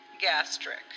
Gastric